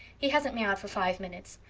he hasn't mewed for five minutes.